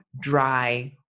dry